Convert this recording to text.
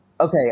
okay